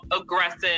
aggressive